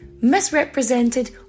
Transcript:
misrepresented